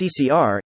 CCR